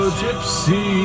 gypsy